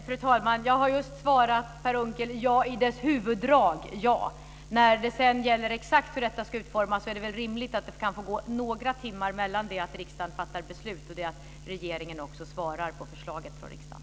Fru talman! Jag har just svarat Per Unckel: Ja, i dess huvuddrag. När det sedan gäller hur detta exakt ska utformas är det väl rimligt att det kan få gå några timmar mellan det att riksdagen fattar sitt beslut och att regeringen svarar på förslaget från riksdagen.